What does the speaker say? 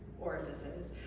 orifices